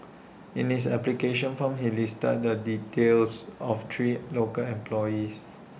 in his application form he listed the details of three local employees